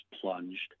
plunged